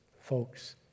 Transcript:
folks